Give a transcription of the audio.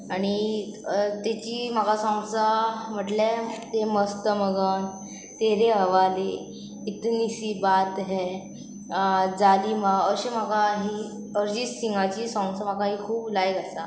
आनी तेची म्हाका सोंग्स म्हटल्या ते मस्तमगन तेरे हवाले इतनी सी बात है जालीमा अशें म्हाका ही अरजीत सिंगाची सोंग्स म्हाका ही खूब लायक आसा